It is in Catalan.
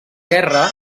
guerra